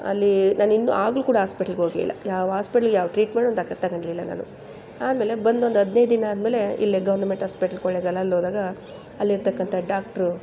ಅಲ್ಲಿ ನಾನು ಇನ್ನೂ ಆಗಲೂ ಕೂಡ ಆಸ್ಪೆಟ್ಲಗೋಗಲಿಲ್ಲ ಯಾವ ಆಸ್ಪೆಟ್ಲ್ ಯಾವ ಟ್ರೀಟ್ಮೆಂಟು ತಗೊ ತಗೊಳ್ಳಿಲ್ಲ ನಾನು ಆಮೇಲೆ ಬಂದೊಂದು ಹದ್ನೈದು ದಿನ ಆದಮೇಲೆ ಇಲ್ಲೇ ಗವರ್ನಮೆಂಟ್ ಆಸ್ಪೆಟ್ಲ್ ಕೊಳ್ಳೆಗಾಲ ಅಲ್ಲೋದಾಗ ಅಲ್ಲಿರ್ತಕ್ಕಂಥ ಡಾಕ್ಟ್ರು